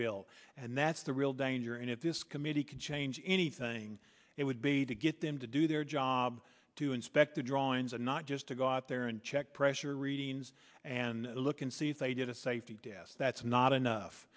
built and that's the real danger and if this committee could change anything it would be to get them to do their job to inspect the drawings and not just to go out there and check pressure readings and look and see if they did a safety desk that's not enough